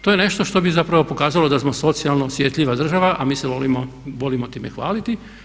To je nešto što bi zapravo pokazali da smo socijalno osjetljiva država a mi se volimo time hvaliti.